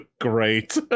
Great